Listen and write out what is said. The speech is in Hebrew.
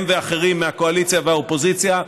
הם ואחרים מהקואליציה ומהאופוזיציה.